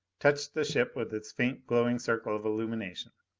touched the ship with its faint glowing circle of illumination.